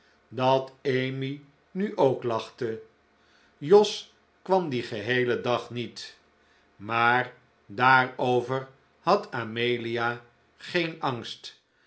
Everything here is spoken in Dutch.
dat emmy nu ook lachte jos kwam dien geheelen dag niet maar daarover had amelia geen angst